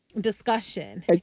Discussion